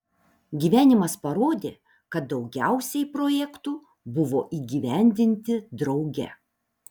gyvenimas parodė kad daugiausiai projektų buvo įgyvendinti drauge